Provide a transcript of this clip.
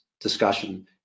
discussion